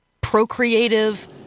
procreative